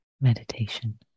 meditation